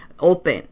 open